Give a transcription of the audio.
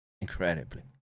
incredibly